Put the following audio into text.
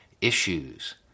issues